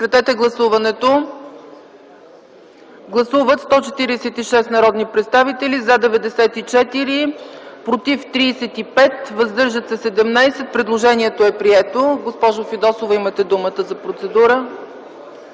за финансов надзор. Гласували 146 народни представители: за 94, против 35, въздържали се 17. Предложението е прието. Госпожо Фидосова, имате думата за процедура.